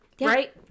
Right